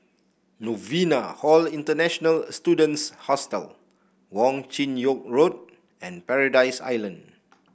Novena Hall International Students Hostel Wong Chin Yoke Road and Paradise Island